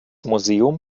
museum